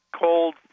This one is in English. cold